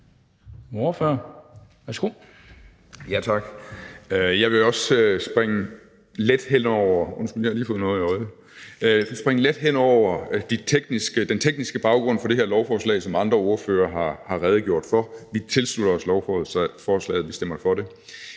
Jeg vil også springe let hen over den tekniske baggrund for det her lovforslag, som andre ordførere har redegjort for. Vi tilslutter os lovforslaget; vi stemmer for det.